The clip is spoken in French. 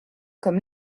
comme